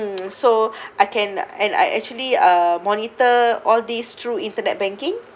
mm so I can and I actually uh monitor all these through internet banking